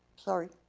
sorry.